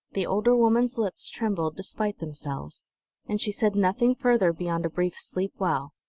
the older woman's lips trembled despite themselves and she said nothing further beyond a brief sleep well.